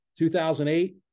2008